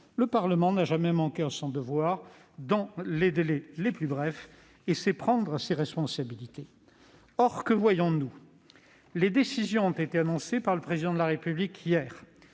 le Parlement n'a jamais manqué à son devoir dans les délais les plus brefs et sait prendre ses responsabilités. Or que constatons-nous ? Les décisions ont été annoncées par le Président de la République hier.